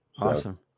Awesome